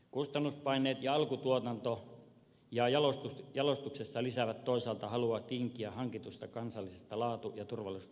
kustannuspaineet alkutuotannossa ja jalostuksessa lisäävät toisaalta halua tinkiä hankitusta kansallisesta laatu ja turvallisuustasosta